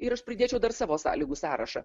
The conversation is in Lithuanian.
ir aš pridėčiau dar savo sąlygų sąrašą